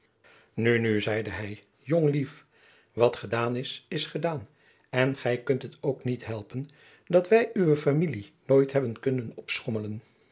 nu nu zeide hij jongelief wat gedaan is is gedaan en gij kunt het ook niet helpen dat wij uwe familie nooit hebben kunnen opschommelen